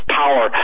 power